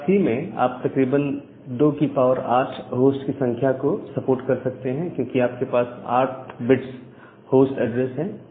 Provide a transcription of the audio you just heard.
class C में आप तकरीबन 28 होस्ट की संख्या को सपोर्ट कर सकते हैं क्योंकि आपके पास 8 बिट्स होस्ट एड्रेस है